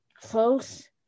close